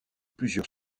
plusieurs